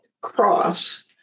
cross